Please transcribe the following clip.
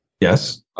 Yes